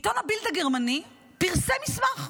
העיתון הגרמני בילד פרסם מסמך,